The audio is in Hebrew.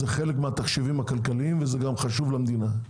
זה חלק מהתחשיבים הכלכליים וזה גם חשוב למדינה.